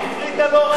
והיא הפריטה לא רע.